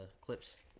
Clips